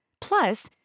Plus